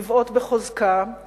לבעוט בחוזקה,